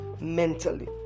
mentally